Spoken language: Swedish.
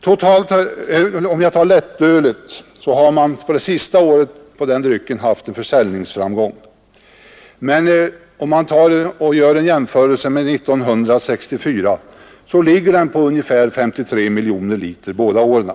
När det gäller lättöl har man under det senaste året noterat en försäljningsframgång, men om man gör en jämförelse med år 1964 finner man att försäljningen ligger på ungefär 53 miljoner liter båda åren.